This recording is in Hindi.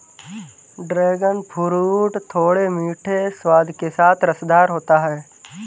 ड्रैगन फ्रूट थोड़े मीठे स्वाद के साथ रसदार होता है